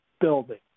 building